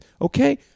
okay